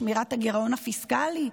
לשמירת הגירעון הפיסקלי?